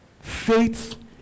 faith